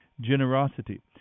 generosity